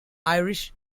irish